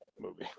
movie